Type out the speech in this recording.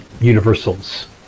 universals